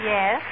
Yes